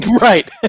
right